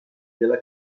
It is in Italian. della